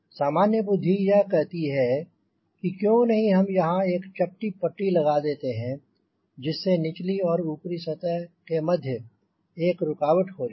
सामान्य बुद्धि यह कहती है कि क्यों नहीं हम यहांँ एक चपटी पट्टी लगा देते हैं जिस से निचली और ऊपरी सतह के मध्य एक रुकावट हो जाए